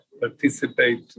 participate